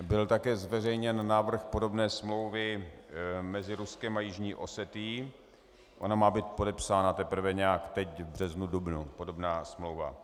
Byl také zveřejněn návrh podobné smlouvy mezi Ruskem a Jižní Osetií, ona má být podepsána teprve nějak teď v březnu, dubnu, podobná smlouva.